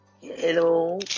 Hello